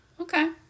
Okay